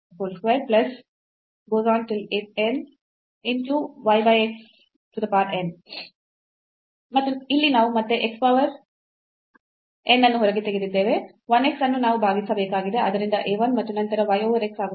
ಆದ್ದರಿಂದ a 1 ಮತ್ತು ನಂತರ y over x ಆಗುತ್ತದೆ